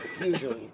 Usually